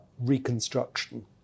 reconstruction